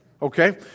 Okay